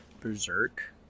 Berserk